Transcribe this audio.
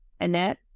Annette